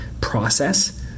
process